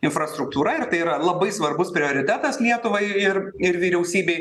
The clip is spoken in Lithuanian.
infrastruktūra ir tai yra labai svarbus prioritetas lietuvai ir ir vyriausybei